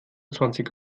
zwanzig